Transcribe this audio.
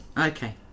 Okay